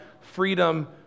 freedom